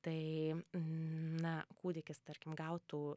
tai na kūdikis tarkim gautų